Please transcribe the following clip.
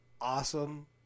awesome